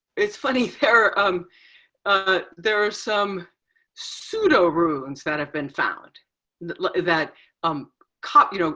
it's funny, there um ah there are some pseudo runes that have been found and that like that um copy, you know,